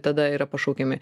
tada yra pašaukiami